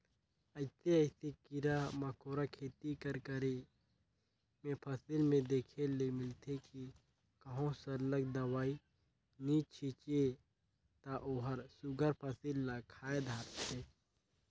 अइसे अइसे कीरा मकोरा खेती कर करे में फसिल में देखे ले मिलथे कि कहों सरलग दवई नी छींचे ता ओहर सुग्घर फसिल ल खाए धारथे